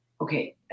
Okay